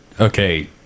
okay